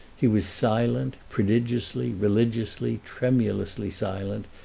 he was silent, prodigiously, religiously, tremulously silent,